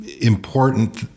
important